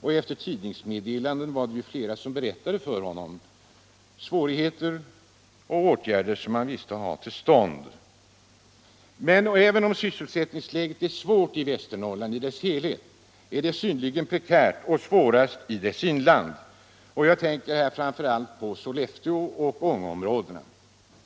och enligt tidningsmeddelanden var det flera som för honom redovisade svårigheterna och åtgärder som borde komma till stånd. Han känner alltså till att sysselsättningsläget i Västernorrland är synnerligen besvärande. Det gäller området i dess helhet. men läget är mest prekärt i inlandet. Jag tänker framför allt på Sollefteå och Ångeområdena.